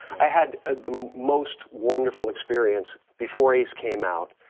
i had the most wonderful experience before ace came out.